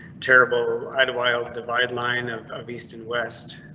terrible idyllwild divide line of east and west.